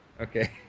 Okay